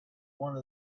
one